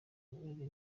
babiri